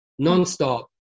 nonstop